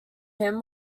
him